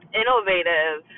innovative